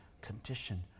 condition